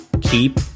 keep